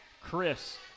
Chris